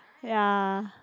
ya